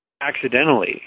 accidentally